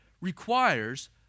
requires